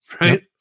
Right